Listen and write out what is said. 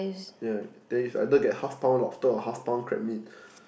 yea there is either get half pound lobster or half pound crab meat